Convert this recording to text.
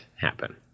happen